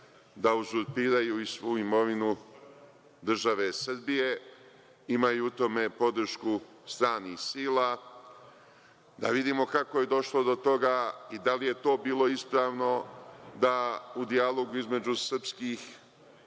da uzurpiraju i svu imovinu države Srbije, imaju u tome podršku stranih sila, da vidimo kako je došlo do toga i da li je to bilo ispravno da u dijalogu između srpskih